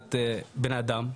שמבחינת בן אדם,